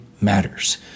matters